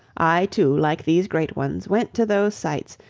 i too, like these great ones, went to those sights,